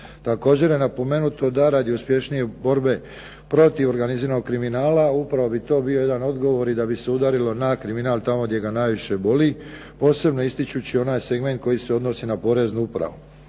Također je napomenuto da radi uspješnije borbe protiv organiziranog kriminala upravo bi to bio jedan odgovor i da bi se udarilo na kriminal tamo gdje ga najviše boli. Posebno ističući onaj segment koji se odnosi na poreznu upravu.